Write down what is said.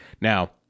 Now